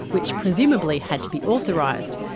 which presumably had to be authorised.